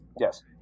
Yes